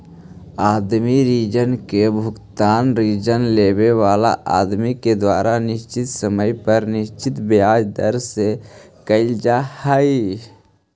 आदमी ऋण के भुगतान ऋण लेवे वाला आदमी के द्वारा निश्चित समय पर निश्चित ब्याज दर से कईल जा हई